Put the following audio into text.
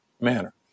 manner